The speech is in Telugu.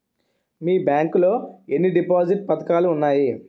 మీ బ్యాంక్ లో ఎన్ని డిపాజిట్ పథకాలు ఉన్నాయి?